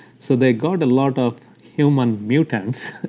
so they got a lot of human mutants,